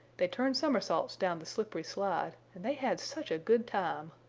they turned somersaults down the slippery slide and they had such a good time!